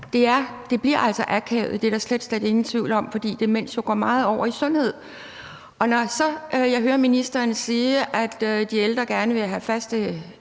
Det bliver altså akavet – det er der slet, slet ingen tvivl om – fordi demens jo meget går ind over sundhedsområdet. Når jeg så hører ministeren sige, at de ældre gerne vil have kendte